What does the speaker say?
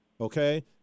okay